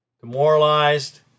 demoralized